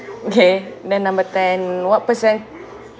okay then number ten what percent